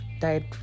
died